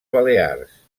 balears